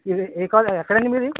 ఏ ఏ కాలేజ్ ఎక్కడండి మీది